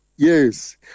Yes